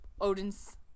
Odin's